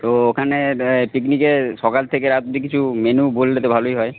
তো ওখানে পিকনিকে সকাল থেকে রাত অব্দি কিছু মেনু বললে তো ভালোই হয়